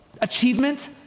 achievement